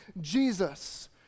Jesus